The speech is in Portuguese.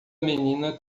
menina